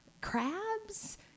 crabs